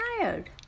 tired